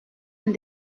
and